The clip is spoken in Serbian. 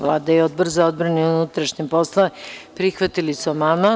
Vlada i Odbor za odbranu i unutrašnje poslove prihvatili su amandman.